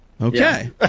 Okay